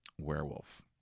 Werewolf